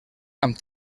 amb